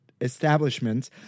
establishments